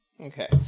Okay